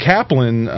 Kaplan